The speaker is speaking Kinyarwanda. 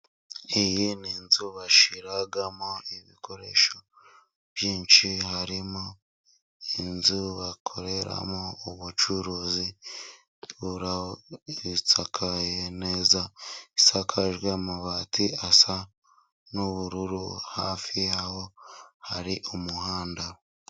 Iyi ni inzu bashyiramo ibikoresho byinshi, harimo inzu bakoreramo ubucuruzi, irasakaye neza; isakaje amabati asa n'ubururu, hafi y'aho hari umuhanda.